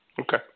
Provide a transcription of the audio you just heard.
Okay